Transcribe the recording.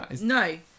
No